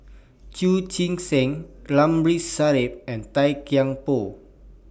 Chu Chee Seng Ramli Sarip and Tan Kian Por